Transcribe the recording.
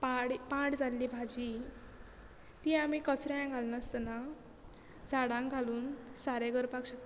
पाड पाड जाल्ली भाजी ती आमी कचऱ्यांक घालनासतना झाडांक घालून सारें करपाक शकता